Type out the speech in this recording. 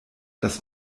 das